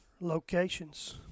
locations